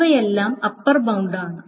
ഇവയെല്ലാം അപ്പർ ബൌണ്ടാണ്